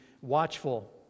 watchful